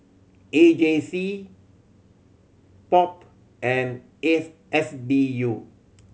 A J C POP and S S D U